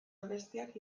abestiak